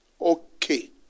Okay